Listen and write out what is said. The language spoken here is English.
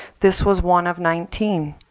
this was one of nineteen.